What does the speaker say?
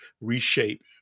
reshape